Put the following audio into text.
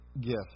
gift